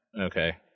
okay